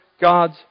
God's